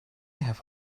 have